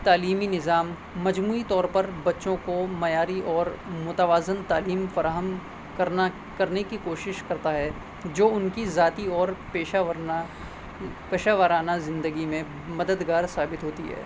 تعلیمی نظام مجموعی طور پر بچوں کو معیاری اور متوازن تعلیم فراہم کرنا کرنے کی کوشش کرتا ہے جو ان کی ذاتی اور پیشہ ورنہ پیشہ وارانہ زندگی میں مددگار ثابت ہوتی ہے